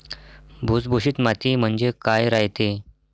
भुसभुशीत माती म्हणजे काय रायते?